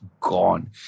gone